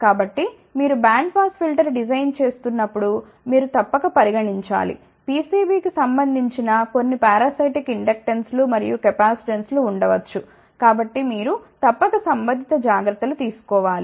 కాబట్టి మీరు band pass filter design చేస్తున్నప్పుడు మీరు తప్పక పరిగణించాలి PCB కి సంబంధించిన కొన్ని పారాసైటిక్ ఇండక్టెన్సులు మరియు కెపాసిటెన్సులు ఉండ వచ్చు కాబట్టి మీరు తప్పక సంబంధిత జాగ్రత్త లు తీసుకో వాలి